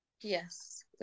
Yes